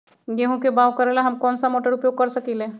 गेंहू के बाओ करेला हम कौन सा मोटर उपयोग कर सकींले?